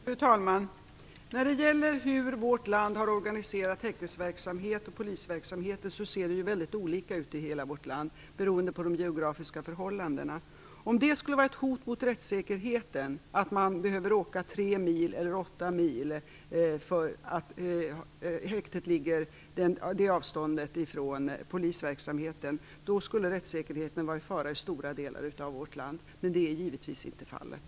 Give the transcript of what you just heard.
Fru talman! När det gäller hur man har organiserat häktesverksamhet och polisverksamhet ser det väldigt olika ut i vårt land beroende på de geografiska förhållandena. Om det faktum att man behöver åka 3 eller 8 mil för att häktet ligger på det avståndet från polisverksamheten skulle vara ett hot mot rättssäkerheten, skulle rättssäkerheten vara i fara i stora delar av vårt land. Men det är givetvis inte fallet.